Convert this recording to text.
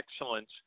excellence